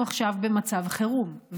צריך לומר שאנחנו עכשיו במצב חירום.